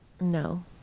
No